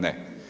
Ne.